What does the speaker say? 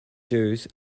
shoes